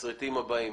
מהתסריטים הבאים: